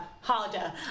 harder